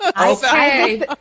Okay